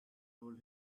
told